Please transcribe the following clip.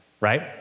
right